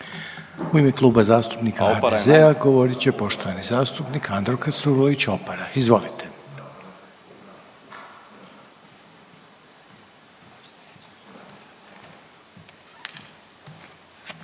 U ime Kluba zastupnika HDZ-a govorit će poštovani zastupnik Andro Krstulović Opara. Izvolite.